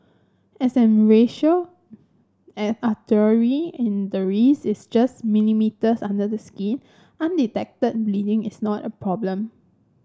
as the racial an artery in the wrist is just millimetres under the skin undetected bleeding is not a problem